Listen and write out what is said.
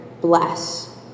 bless